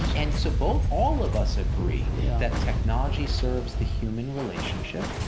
and so both, all of us agree that technology serves the human relationship,